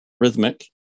rhythmic